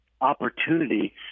opportunity